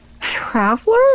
Traveler